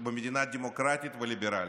במדינה דמוקרטית וליברלית.